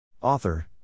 Author